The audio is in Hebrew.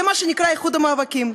זה מה שנקרא איחוד המאבקים.